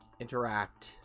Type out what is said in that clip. interact